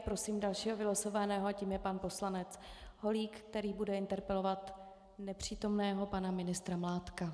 Prosím dalšího vylosovaného a tím je pan poslanec Holík, který bude interpelovat nepřítomného pana ministra Mládka.